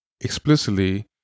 explicitly